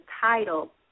title